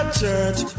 church